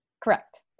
Correct